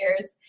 years